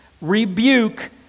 rebuke